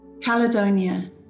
Caledonia